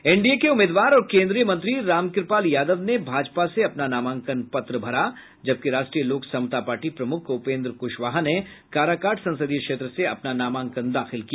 NDA के उम्मीदवार और केन्द्रीय मंत्री रामकृपाल यादव ने भाजपा से अपना नामांकन पत्र भरा जबकि राष्ट्रीय लोक समता पार्टी प्रमुख उपेन्द्र कुशवाहा ने काराकाट संसदीय क्षेत्र से अपना नमाांकन दाखिल किया